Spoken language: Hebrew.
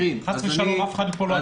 חס ושלום אף אחד פה הוא לא אטום לב.